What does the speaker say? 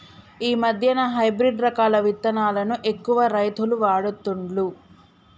ఈ మధ్యన హైబ్రిడ్ రకాల విత్తనాలను ఎక్కువ రైతులు వాడుతుండ్లు